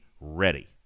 ready